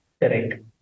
Correct